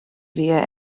via